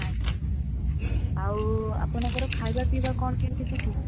ଆଜ୍ଞା ସାର୍ ଆଉ ଆପଣଙ୍କର ଖାଇବା ପିଇବା କ'ଣ କେମିତି ସେଇଠି